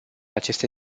aceste